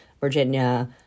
Virginia